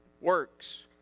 works